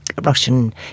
Russian